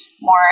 more